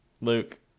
luke